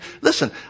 Listen